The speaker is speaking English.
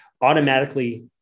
automatically